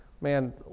man